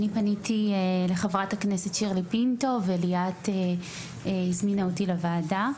אני פניתי לחברת הכנסת שירלי פינטו וליאת הזמינה אותי לוועדה.